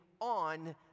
on